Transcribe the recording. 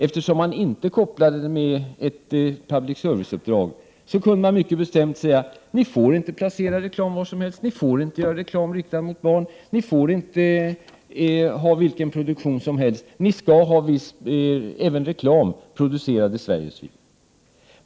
Eftersom man inte kopplar den med ett public service-uppdrag kunde man mycket bestämt säga: Ni får inte placera reklam var som helst. Ni får inte göra reklam riktad mot barn. Ni får inte ha vilken produktion som helst. Ni skall ha viss del, även reklam, producerad i Sverige.